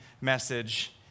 message